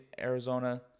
Arizona